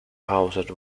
housed